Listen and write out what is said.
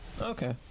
Okay